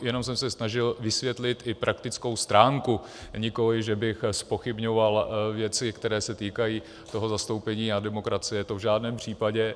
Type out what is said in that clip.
Jenom jsem se snažil vysvětlit i praktickou stránku, nikoli že bych zpochybňoval věci, které se týkají zastoupení a demokracie, to v žádném případě.